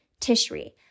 Tishri